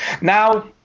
now